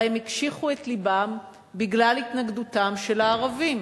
הרי הם הקשיחו את לבם בגלל התנגדותם של הערבים.